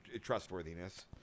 trustworthiness